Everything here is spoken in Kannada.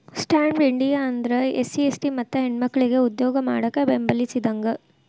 ಸ್ಟ್ಯಾಂಡ್ಪ್ ಇಂಡಿಯಾ ಅಂದ್ರ ಎಸ್ಸಿ.ಎಸ್ಟಿ ಮತ್ತ ಹೆಣ್ಮಕ್ಕಳಿಗೆ ಉದ್ಯೋಗ ಮಾಡಾಕ ಬೆಂಬಲಿಸಿದಂಗ